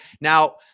now